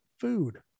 food